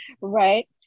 right